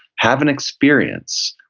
have an experience.